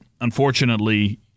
unfortunately